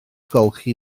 golchi